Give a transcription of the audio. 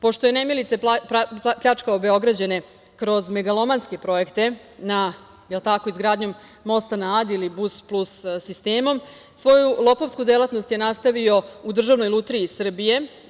Pošto je nemilice pljačkao Beograđane kroz megalomanske prizvodnje na izgradnji mosta na Adi ili Bus-plus sistem, svoju lopovsku delatnost je nastavio u Državnoj lutriji Srbije.